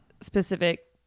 specific